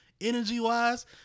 energy-wise